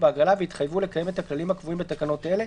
בהגרלה והתחייבו לקיים את הכללים הקבועים בתקנות אלה,